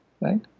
right